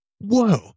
whoa